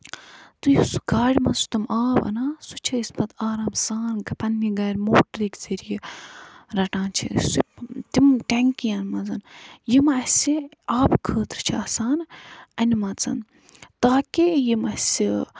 تہٕ یُس گاڑِ منٛز چھِ تِم آب اَنان سُہ چھِ أسۍ پَتہٕ آرام آسان پَنٕنہِ گرِ موٹرٕکۍ ذٔریعہِ رَٹان چھِ أسۍ سُہ تِم ٹینکِین منٛز یِم آسہِ آبہٕ خٲطرٕ چھِ آسان انہِ مژن تاکہِ یِم اَسہِ